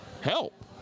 help